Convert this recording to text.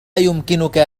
يمكنك